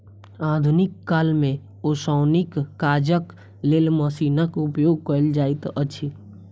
आधुनिक काल मे ओसौनीक काजक लेल मशीनक उपयोग कयल जाइत अछि